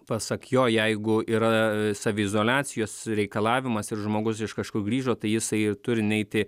pasak jo jeigu yra saviizoliacijos reikalavimas ir žmogus iš kažkur grįžo tai jisai ir turi neiti